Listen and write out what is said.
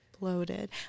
bloated